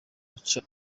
aca